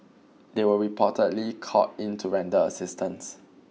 they were reportedly called in to render assistance